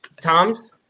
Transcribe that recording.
Toms